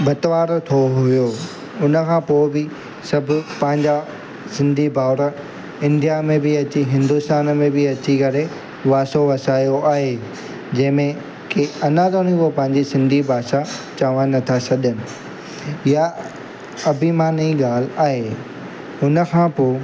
भतवारो थो हुओ हुन खां पोइ बि सभु पंहिंजा सिंधी भावरु इंडिया में बि अची हिंदूस्तान में बि अची करे वासो वसायो आहे जंहिं में की अञा ताईं उहो पंहिंजी सिंधी भाषा चवनि नथा छॾनि इहा अभिमान जी ॻाल्हि आहे हुन खां पोइ